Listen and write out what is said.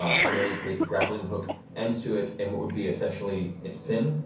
um from there you create the grappling hook end to it and what would be essentially it's thin,